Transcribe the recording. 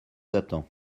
attends